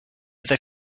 other